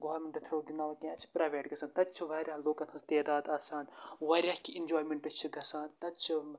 government تھرٛوٗ گِنٛدناوان کینٛہہ اَتہِ چھِ پرایویٹ گژھان تَتہِ چھِ واریاہ لُکَن ہٕنٛز تعداد آسان واریاہ کینٛہہ اِنجایمنٹ چھِ گژھان تَتہِ چھِ